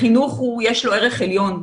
לחינוך יש ערך עליון,